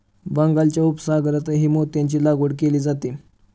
बंगालच्या उपसागरातही मोत्यांची लागवड केली जाते